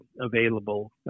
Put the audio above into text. available